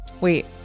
Wait